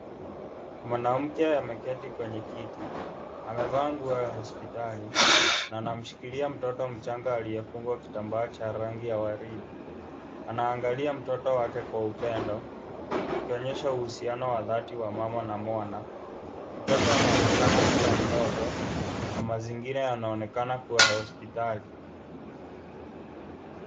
Mwanamke ameketi kwenye kiti. Amevaa nguo ya hospitali na anamshikilia mtoto mchanga aliyefungwa kitambaa cha rangi ya waridi. Anaangalia mtoto wake kwa upendo, akionyesha uhusiano wa dhati wa mama na mwana. Mtoto anaonekana kuwa mdogo. Na mazingira yanaonekana kuwa hospitali.